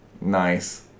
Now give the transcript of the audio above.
Nice